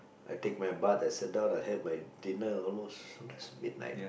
I take my butt I sit down I had my dinner almost sometimes midnight